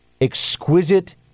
exquisite